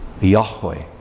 Yahweh